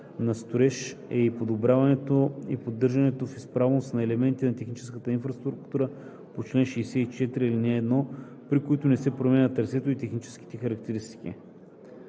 на строеж е и подобряването и поддържането в изправност на елементите на техническата инфраструктура по чл. 64, ал. 1, при които не се променят трасето и техническите характеристики.“;